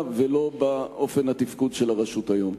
ולא באופן התפקוד של הרשות היום.